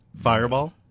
Fireball